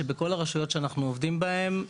שבכל הרשויות שאנחנו עובדים בהן,